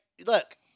look